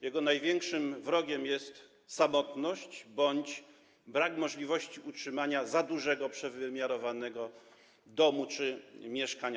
Jego największym wrogiem jest samotność bądź brak możliwości utrzymania za dużego, przewymiarowanego domu czy mieszkania.